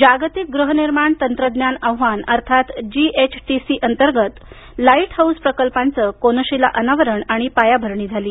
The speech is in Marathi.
जागतिक गृहनिर्माण तंत्रज्ञान आव्हान अर्थात जीएचटीसी अंतर्गत लाईट हाऊस प्रकल्पांचं कोनशिला अनावरण आणि पायाभरणी झाली